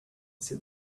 said